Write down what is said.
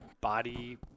body